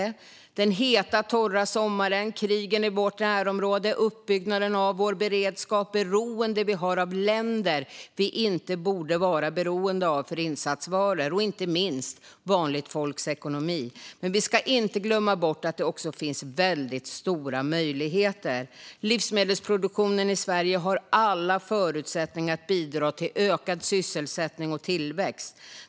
Det handlar om den heta, torra sommaren, krigen i vårt närområde, uppbyggnaden av vår beredskap, beroendet vi har av länder vi inte borde vara beroende av för insatsvaror och inte minst vanligt folks ekonomi. Men vi ska inte glömma bort att det också finns väldigt stora möjligheter. Livsmedelsproduktionen i Sverige har alla förutsättningar att bidra till ökad sysselsättning och tillväxt.